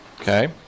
Okay